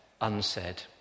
unsaid